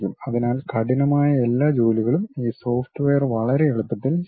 അതിനാൽ കഠിനമായ എല്ലാ ജോലികളും ഈ സോഫ്റ്റ്വെയർ വളരെ എളുപ്പത്തിൽ ചെയ്യും